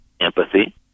empathy